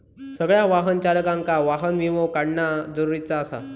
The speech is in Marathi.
सगळ्या वाहन चालकांका वाहन विमो काढणा जरुरीचा आसा